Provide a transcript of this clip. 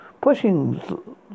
pushing